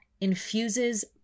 infuses